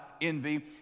envy